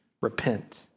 Repent